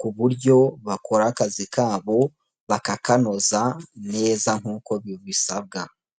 ku buryo bakora akazi kabo bakakanoza neza nk'uko bisabwa.